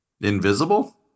Invisible